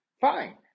fine